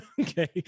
Okay